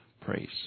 praise